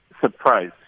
surprise